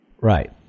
Right